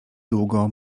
długo